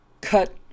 Cut